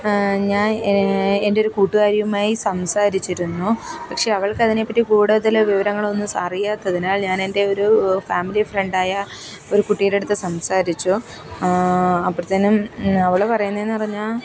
ഞാൻ എന്റെയൊരു കൂട്ടുകാരിയുമായി സംസാരിച്ചിരുന്നു പക്ഷേ അവൾക്കതിനെപ്പറ്റി കൂടതൽ വിവരങ്ങളൊന്നും അറിയാത്തതിനാൽ ഞാനെൻറ്റെയൊരു ഫാമിലി ഫ്രണ്ടായ ഒരു കുട്ടിയുടെ അടുത്ത് സംസാരിച്ചു അപ്പോഴേത്തേക്കും അവൾ പറയുന്നതെന്ന് പറഞ്ഞാൽ